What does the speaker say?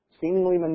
seemingly